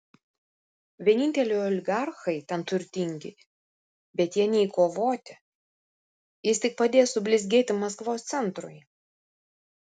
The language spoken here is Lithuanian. vieninteliai oligarchai ten turtingi bet jie nei kovoti jis tik padės sublizgėti maskvos centrui